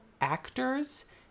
actors